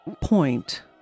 point